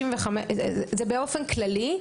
באופן כללי,